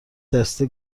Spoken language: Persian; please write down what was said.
دسته